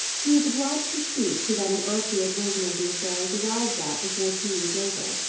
he was obliged to speak, so that an accurate version of the affair was arrived at before tea was over.